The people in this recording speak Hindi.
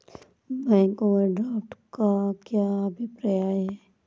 बैंक ओवरड्राफ्ट का क्या अभिप्राय है?